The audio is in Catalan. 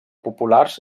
populars